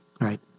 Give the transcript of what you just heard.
right